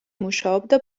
მუშაობდა